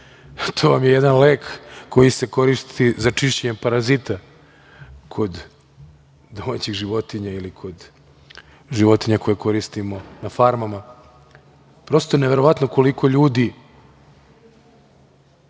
to vam je jedan lek koji se koristi za čišćenje parazita kod domaćih životinja ili kod životinja koje koristimo na farmama. Prosto je neverovatno koliko ljudi